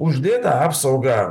uždėtą apsaugą